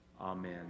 amen